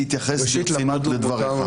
להתייחס ברצינות לדבריך.